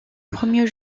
premier